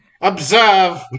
Observe